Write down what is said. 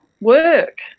work